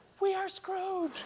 we are screwed.